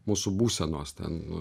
mūsų būsenos ten